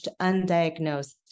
undiagnosed